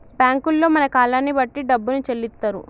బ్యాంకుల్లో మన కాలాన్ని బట్టి డబ్బును చెల్లిత్తరు